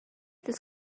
this